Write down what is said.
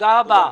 תודה רבה.